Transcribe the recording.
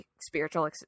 spiritual